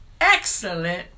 excellent